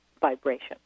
vibration